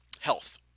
health